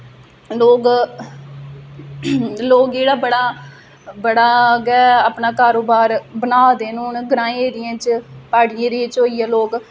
लोग लोग जेह्ड़ा बड़ा बड़ा गै अपना कारोबार बना दे न हून ग्रांईं एरियें च प्हाड़ी एरिये च होइयै लोग